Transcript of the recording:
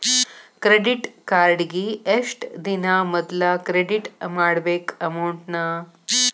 credit ಕಾರ್ಡಿಗಿ ಎಷ್ಟ ದಿನಾ ಮೊದ್ಲ ಕ್ರೆಡಿಟ್ ಮಾಡ್ಬೇಕ್ ಅಮೌಂಟ್ನ